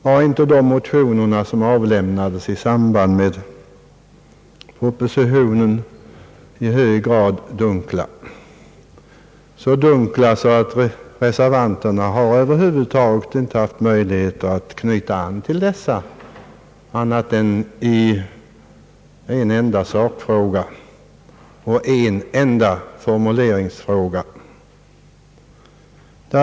Var inte de motioner som avlämnades i anslutning till propositionen i hög grad dunkla — så dunkla att reservanterna över huvud taget inte haft möjligheter att knyta an till dem annat än i en enda sakfråga och i en enda formuleringsfråga.